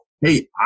hey